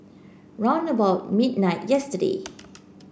round about midnight yesterday